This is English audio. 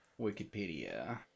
Wikipedia